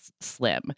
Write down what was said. slim